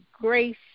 grace